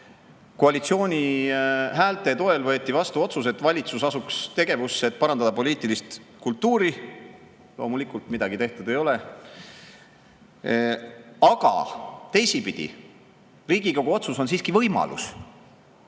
koalitsiooni häälte toel võeti vastu otsus, et valitsus asuks tegevusse, et parandada poliitilist kultuuri. Loomulikult midagi tehtud ei ole. Aga teisipidi, Riigikogu otsus on siiski võimalus.